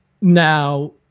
Now